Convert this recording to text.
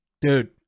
Dude